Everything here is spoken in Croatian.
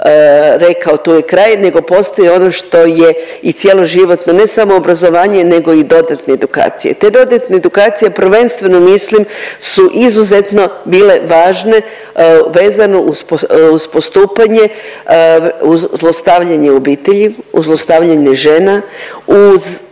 rekao tu je kraj nego postoji ono što je i cjeloživotno ne samo obrazovanje nego i dodatne edukacije. Te dodatne edukacije prvenstveno mislim su izuzetno bile važne vezano uz postupanje, uz zlostavljanje u obitelji, uz zlostavljanje žena, uz